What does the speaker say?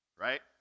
right